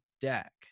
deck